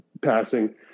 passing